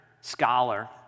scholar